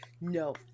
No